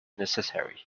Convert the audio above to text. necessary